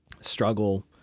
struggle